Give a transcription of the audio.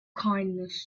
kindness